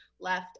Left